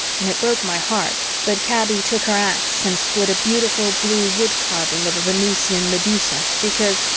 and it broke my heart but kaby took her ax and split a beautiful blue woodcarving of a venusian medusa because,